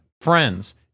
friends